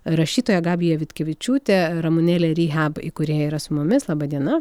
rašytoja gabija vitkevičiūtė ramunėlė rehab įkūrėja yra su mumis laba diena